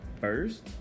first